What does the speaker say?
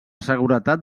seguretat